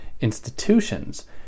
institutions